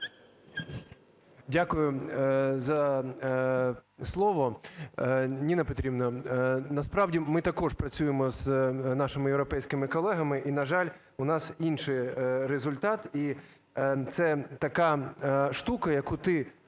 Дякую за слово. Ніна Петрівна, насправді ми також працюємо з нашими європейськими колегами. І, на жаль, у нас інший результат. І це така штука, яку ти